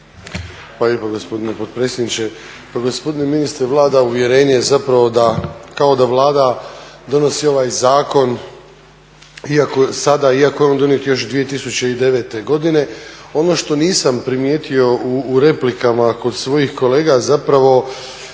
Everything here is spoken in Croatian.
lijepa gospodine potpredsjedniče. Pa gospodine ministre, vlada uvjerenje zapravo da, kako da Vlada donosi ovaj zakon sada iako je on donijet još 2009. godine. Ono što nisam primijetio u replikama kod svojih kolega zapravo,